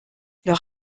leur